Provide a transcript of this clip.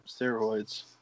steroids